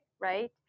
right